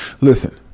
Listen